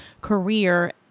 career